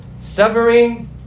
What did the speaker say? Severing